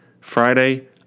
Friday